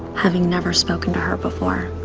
having never spoken to her before.